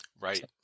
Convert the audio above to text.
Right